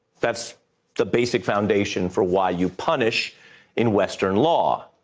that's the basic foundation for why you punish in western law.